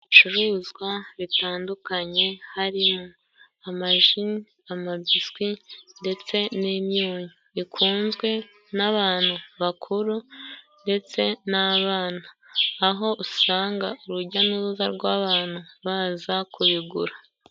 Ibicuruzwa bitandukanye harimo: amaji, amabisukwi ndetse n'imyunyu, bikunzwe n'abantu bakuru ndetse n'abana, aho usanga urujya n'uruza rw'abantu baza kubigura.